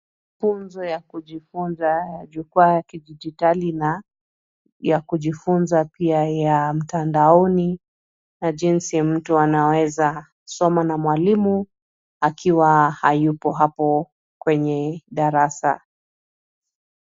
Mafunzo ya kujifunza ya jukwaa ya kidigitali na ya kujifunza pia ya mtandaoni na jinsi mtu anaweza soma na mwalimu akiwa hayupo hapo kwenye darasa.